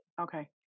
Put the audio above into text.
Okay